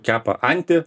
kepa antį